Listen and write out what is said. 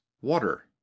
water